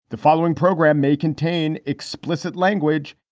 the following program may contain explicit language